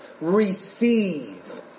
Receive